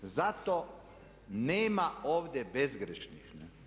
Zato nema ovdje bezgrešnih.